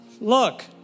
Look